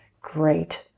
great